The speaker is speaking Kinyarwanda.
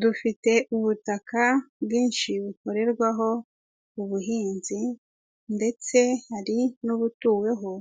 Dufite ubutaka bwinshi bukorerwaho ubuhinzi ndetse hari n'ubutuweho